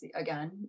again